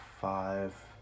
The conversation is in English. five